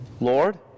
Lord